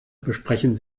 besprechen